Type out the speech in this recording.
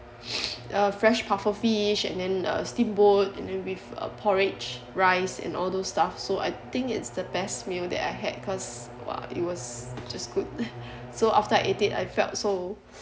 a fresh pufferfish and then a steamboat and then with uh porridge rice in all those stuff so I think it's the best meal that I had because !wah! it was just good so after I eat it I felt so